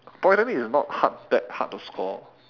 polytechnic is not hard that hard to score